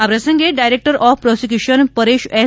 આ પ્રસંગે director of prosecution Paresh S